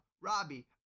Robbie